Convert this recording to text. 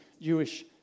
Jewish